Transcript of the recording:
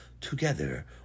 together